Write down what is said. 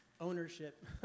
ownership